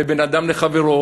בבין אדם לחברו,